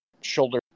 shoulder